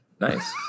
Nice